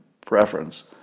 preference